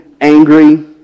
angry